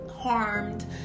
harmed